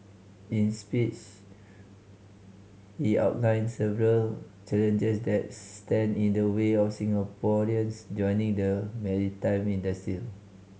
in speech he outlined several challenges that stand in the way of Singaporeans joining the maritime industry